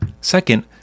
Second